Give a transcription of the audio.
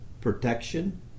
protection